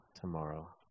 tomorrow